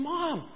Mom